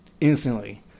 instantly